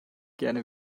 gerne